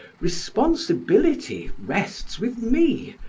responsibility rests with me,